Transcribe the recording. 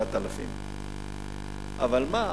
7,000. אבל מה,